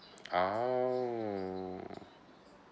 !aww!